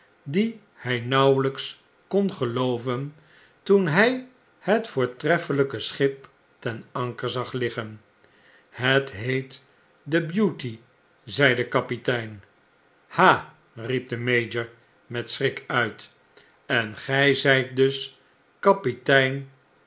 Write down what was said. die hij nauweljjks kon gelooven toen hy het voortreffeiyke schip ten anker zag liggen het heet w de beauty zei de kapitein hal riep de mayor met schrik uit engij zijt dus kapitein